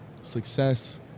success –